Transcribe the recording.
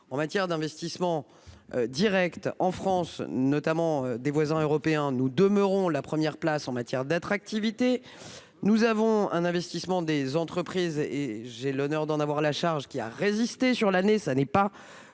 en matière d'investissements directs en France, notamment de nos voisins européens, nous demeurons la première place en matière d'attractivité. L'investissement des entreprises, dont j'ai l'honneur d'être chargée, a résisté sur l'année